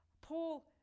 Paul